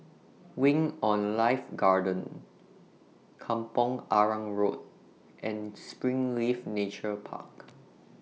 Wing on Life Garden Kampong Arang Road and Springleaf Nature Park